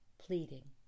pleading